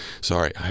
Sorry